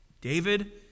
david